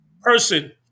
person